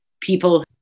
people